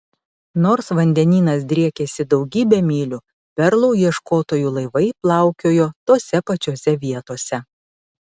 nors vandenynas driekėsi daugybę mylių perlų ieškotojų laivai plaukiojo tose pačiose vietose